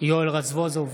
יואל רזבוזוב,